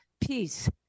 peace